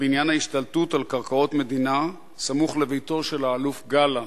בעניין ההשתלטות על קרקעות מדינה סמוך לביתו של האלוף גלנט.